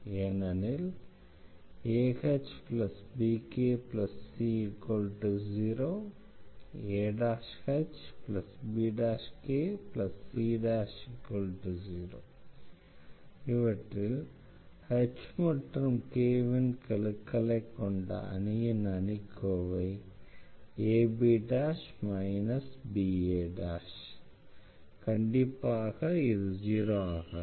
ஏனெனில் ahbkc0 ahbkc0 இவற்றில் h மற்றும் k ன் கெழுக்களை கொண்ட அணியின் அணிக்கோவை ab ba கண்டிப்பாக 0 ஆகாது